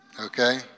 okay